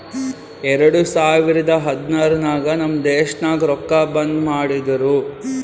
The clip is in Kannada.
ಎರಡು ಸಾವಿರದ ಹದ್ನಾರ್ ನಾಗ್ ನಮ್ ದೇಶನಾಗ್ ರೊಕ್ಕಾ ಬಂದ್ ಮಾಡಿರೂ